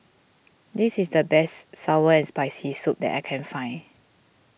this is the best Sour and Spicy Soup that I can find